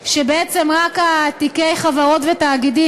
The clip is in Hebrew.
את כבר יודעת, חבר הכנסת חיליק בר.